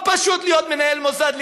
לא פשוט להיות מנהל מוסד,